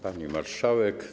Pani Marszałek!